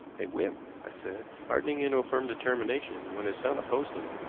a whim, i said hardening into a firm determination when his son opposed him.